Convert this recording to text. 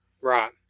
Right